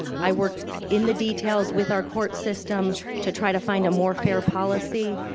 i worked in the details with our court system to try to find a more fair policy.